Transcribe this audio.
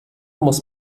muss